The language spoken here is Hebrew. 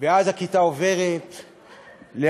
ואז הכיתה עוברת להר-המנוחות.